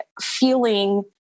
feeling